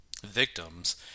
victims